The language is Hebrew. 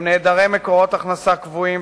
הם חסרי מקורות הכנסה קבועים,